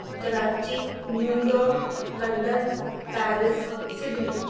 Karachi New York London Paris Sydney